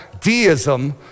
deism